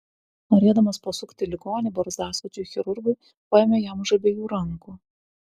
norėdamas pasukti ligonį barzdaskučiui chirurgui paėmė jam už abiejų rankų